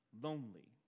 lonely